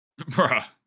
Bruh